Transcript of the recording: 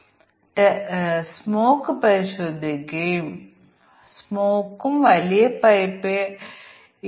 അതിനാൽ ആ സന്ദർഭങ്ങളിൽ നിർദ്ദിഷ്ട ക്രമീകരണങ്ങൾ നൽകുമ്പോൾ മാത്രമേ അത് പ്രശ്നമുണ്ടാക്കൂ